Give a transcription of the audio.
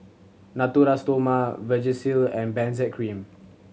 Natura Stoma Vagisil and Benzac Cream